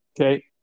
Okay